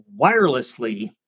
wirelessly